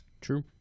True